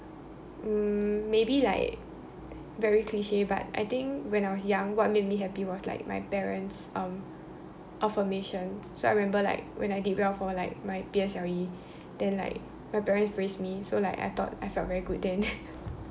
mm maybe like very cliche but I think when I was young what made me happy was my like parents um affirmation so I remember like when I did well for like my P_S_L_E then like my parents praised me so like I thought I felt really good then